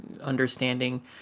understanding